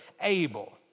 able